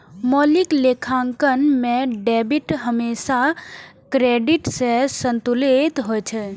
मौलिक लेखांकन मे डेबिट हमेशा क्रेडिट सं संतुलित होइ छै